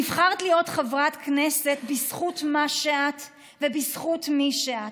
נבחרת להיות חברת כנסת בזכות מה שאת ובזכות מי שאת,